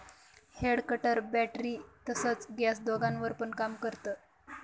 head cutter battery तसच gas दोघांवर पण काम करत